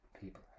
people